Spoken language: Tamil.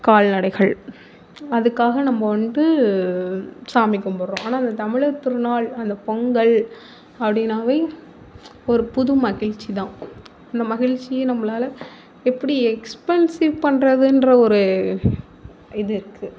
கால்நடைகள் அதுக்காக நம்ம வந்து சாமி கும்பிட்றோம் ஆனால் அது தமிழர் திருநாள் அந்த பொங்கல் அப்படின்னாவே ஒரு புது மகிழ்ச்சிதான் அந்த மகிழ்ச்சியை நம்மளால எப்படி எக்ஸ்பென்சிவ் பண்ணுறதுன்ற ஒரு இது இருக்குது